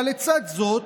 אבל לצד זאת,